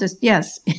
yes